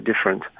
different